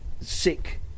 sick